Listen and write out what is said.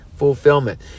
Fulfillment